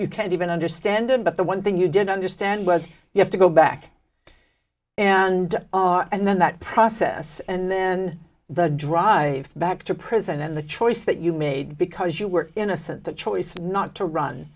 you can't even understand him but the one thing you didn't understand was you have to go back and and then that process and then the drive back to prison and the choice that you made because you were innocent the choice not to run